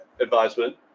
advisement